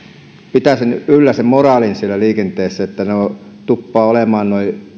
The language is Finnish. pitää yllä sen moraalin siellä liikenteessä kun itse ajelen suhtkoht rauhallisesti